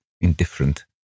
indifferent